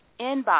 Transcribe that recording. inbox